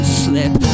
slip